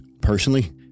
personally